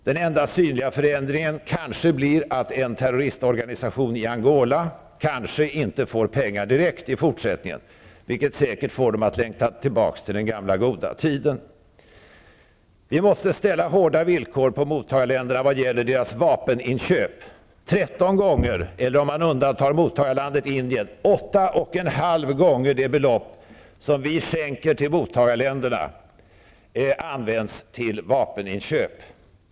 Den enda synliga förändringen blir kanske att en terroristorganisation i Angola inte får pengar direkt i fortsättningen, vilket säkert gör att man längtar efter den gamla goda tiden. Vi måste sätta upp hårda villkor vad gäller mottagarländernas vapeninköp. 13 gånger -- eller det belopp som vi skänker till mottagarländerna används till vapeninköp.